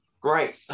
Great